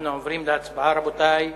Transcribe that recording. אנחנו עוברים להצבעה, רבותי.